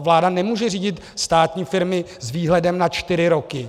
Vláda nemůže řídit státní firmy s výhledem na čtyři roky.